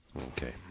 Okay